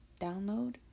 download